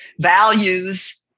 values